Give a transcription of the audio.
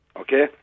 okay